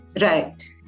Right